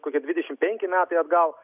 kokia dvidešimt penki metai atgal